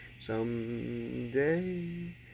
someday